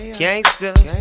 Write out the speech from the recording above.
gangsters